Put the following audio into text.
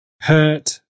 hurt